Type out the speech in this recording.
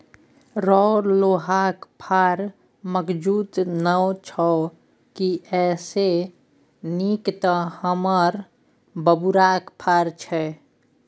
रौ लोहाक फार मजगुत नै छौ की एइसे नीक तँ हमर बबुरक फार छै